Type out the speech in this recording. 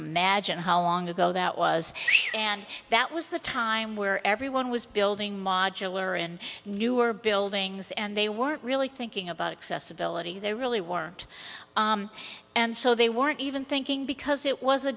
imagine how long ago that was and that was the time where everyone was building modular and newer buildings and they weren't really thinking about accessibility they really weren't and so they weren't even thinking because it was a